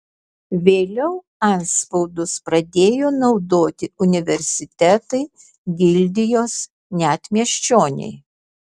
vėliau antspaudus pradėjo naudoti universitetai gildijos net miesčioniai